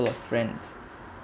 of friends